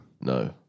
No